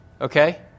okay